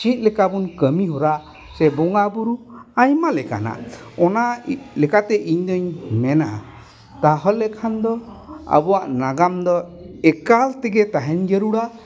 ᱪᱮᱫ ᱞᱮᱠᱟ ᱵᱚᱱ ᱠᱟᱹᱢᱤ ᱦᱚᱨᱟ ᱥᱮ ᱵᱚᱸᱜᱟ ᱵᱩᱨᱩ ᱟᱭᱢᱟ ᱞᱮᱠᱟᱱᱟᱜ ᱚᱱᱟ ᱞᱮᱠᱟᱛᱮ ᱤᱧ ᱫᱩᱧ ᱢᱮᱱᱟ ᱛᱟᱦᱚᱞᱮ ᱠᱷᱟᱱ ᱫᱚ ᱟᱵᱚᱣᱟᱜ ᱱᱟᱜᱟᱢ ᱫᱚ ᱮᱠᱟᱞ ᱛᱮᱜᱮ ᱛᱟᱦᱮᱱ ᱡᱟᱹᱨᱩᱲᱟ